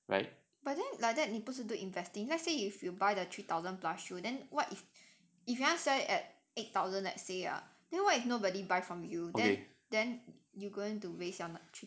but then like that 你不是 do investing let's say if you buy the three thousand plus shoe then what if if you want sell it at eight thousand let's say ah then what if nobody buy from you then then you going to waste your three thousand